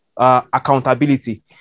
Accountability